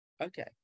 okay